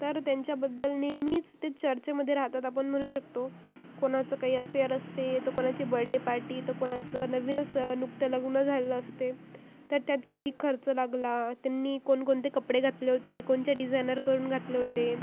तर त्यांच्याबद्दल नेहमीच ते चर्चेमध्ये राहतात आपण म्हणू शकतो कोणाचं काही अफेयर असते तर कोणाची बर्थडे पार्टी तर कोणाचं नवीनच नुकतं लग्न झालेलं असते तर त्यात किती खर्च लागला त्यांनी कोणकोणते कपडे घातले होते कोणत्या डिझायनरकडून घातले होते